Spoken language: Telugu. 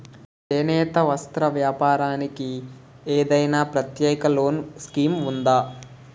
చేనేత వస్త్ర వ్యాపారానికి ఏదైనా ప్రత్యేక లోన్ స్కీం ఉందా?